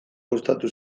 gustatu